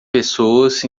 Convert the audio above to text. pessoas